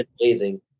amazing